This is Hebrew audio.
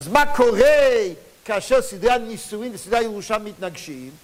אז מה קורה כאשר סדרי הנישואין וסדרי הירושה מתנגשים?